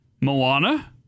Moana